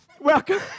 Welcome